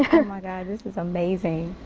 my god this is amazing.